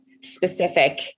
specific